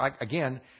again